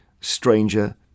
Stranger